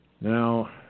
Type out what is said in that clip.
Now